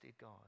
God